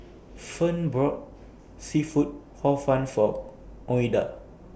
Fern brought Seafood Hor Fun For Ouida